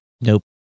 Nope